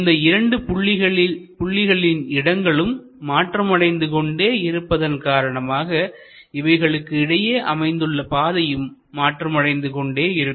இந்த இரண்டு புள்ளிகளின் இடங்களும் மாற்றமடைந்து கொண்டே இருப்பதன் காரணமாக இவைகளுக்கு இடையே அமைந்துள்ள பாதையும் மாற்றமடைந்து கொண்டே இருக்கும்